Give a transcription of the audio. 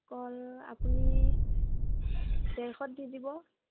কল আপুনি ডেৰশত দি দিব